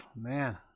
man